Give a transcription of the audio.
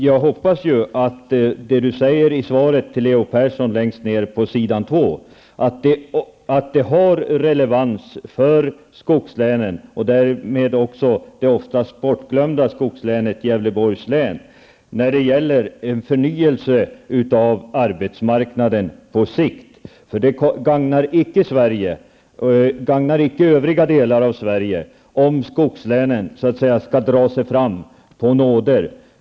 Jag hoppas att det Börje Hörnlund tar upp längst ner på sid 2 i det utdelade svaret till Leo Persson har relevans för skogslänen och därmed också det ofta bortglömda skogslänet Gävleborgs län när det gäller en förnyelse av arbetsmarknaden på sikt. Det gagnar icke övriga delar av Sverige om skogslänen skall ''dra sig fram'' på nåder.